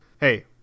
Hey